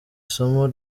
somo